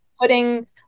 putting